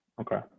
Okay